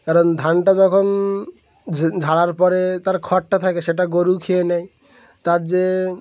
কারণ ধানটা যখন ঝাড়ার পরে তার খড়টা থাকে সেটা গরু খেয়ে নেয় তার যে